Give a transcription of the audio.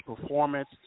performance